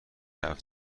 حرف